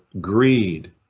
greed